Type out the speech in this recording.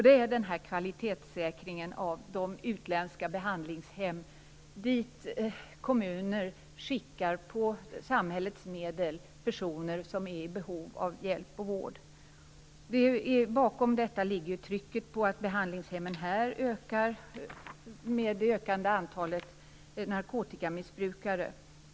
Det gäller kvalitetssäkringen av de utländska behandlingshem dit kommuner för samhällets medel skickar personer som är i behov av hjälp och vård. Bakom detta ligger att trycket på behandlingshemmen här hemma ökar med det ökande antalet narkotikamissbrukare.